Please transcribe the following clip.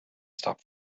stop